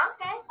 Okay